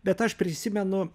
bet aš prisimenu